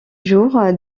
jour